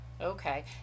Okay